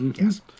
yes